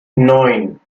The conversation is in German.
neun